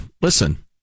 Listen